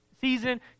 season